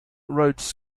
rhodes